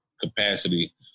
capacity